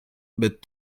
but